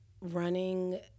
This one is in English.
Running